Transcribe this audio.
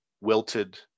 wilted